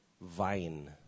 vine